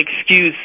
excuse